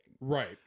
Right